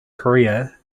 korea